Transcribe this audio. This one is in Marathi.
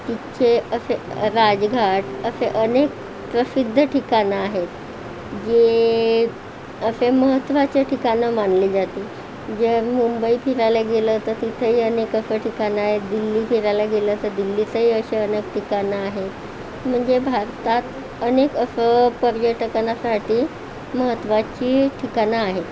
तिथे असे राजघाट असे अनेक प्रसिद्ध ठिकाणं आहेत जे असे महत्त्वाचे ठिकाणं मानले जाते जे मुंबई फिरायला गेला तर तिथेही अनेक असं ठिकाणं आहेत दिल्ली फिरायला गेला तर दिल्लीतही अशी अनेक ठिकाणं आहेत म्हणजे भारतात अनेक असं पर्यटकांसाठी महत्त्वाची ठिकाणं आहेत